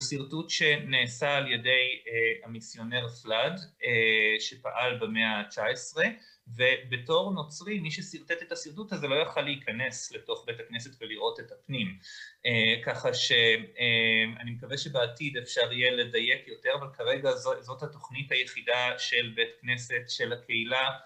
שירטוט שנעשה על ידי המיסיונר פלאד, שפעל במאה ה-19, ובתור נוצרי, מי ששרטט את השירטוט הזה, לא יכל להיכנס לתוך בית הכנסת ולראות את הפנים. ככה שאני מקווה שבעתיד אפשר יהיה לדייק יותר, אבל כרגע זאת התוכנית היחידה של בית כנסת, של הקהילה.